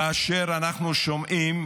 כאשר אנחנו שומעים